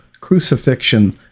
crucifixion